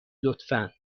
لطفا